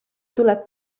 tuleb